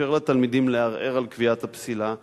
לאפשר לתלמידים לערער על קביעת הפסילה,